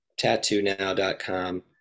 TattooNow.com